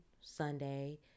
Sunday